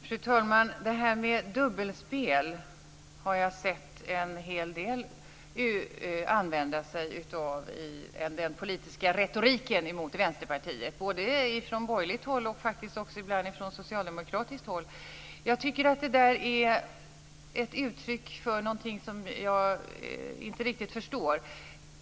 Fru talman! Jag har sett en hel del använda sig av dubbelspel som argument i den politiska retoriken mot Vänsterpartiet både från borgerligt håll och faktiskt ibland också från socialdemokratiskt håll. Det är ett uttryck för någonting som jag inte riktigt förstår.